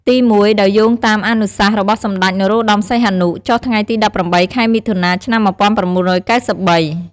ទីមួយ ដោយយោងតាមអនុសាសន៍របស់សម្តេច នរោត្តម សីហនុ ចុះថ្ងៃទី១៨ ខែមិថុនា ឆ្នាំ១៩៩៣។